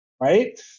right